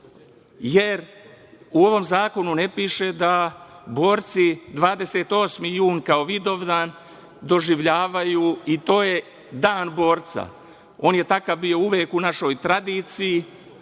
jer u ovom zakonu ne piše da borci 28. jun kao Vidovdan doživljavaju i to je „Dan borca“. On je takav bio uvek u našoj tradiciji.